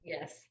Yes